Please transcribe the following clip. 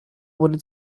wurde